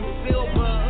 silver